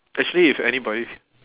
actually if anybody